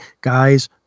guys